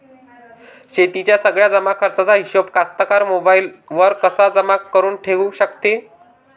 शेतीच्या सगळ्या जमाखर्चाचा हिशोब कास्तकार मोबाईलवर कसा जमा करुन ठेऊ शकते?